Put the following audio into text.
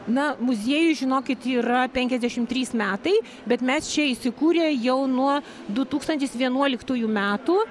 na muziejuje žinokit yra penkiasdešim trys metai bet mes čia įsikūrę jau nuo du tūkstantis vienuoliktųjų metų